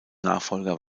nachfolger